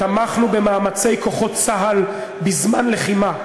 תמכנו במאמצי כוחות צה"ל בזמן לחימה.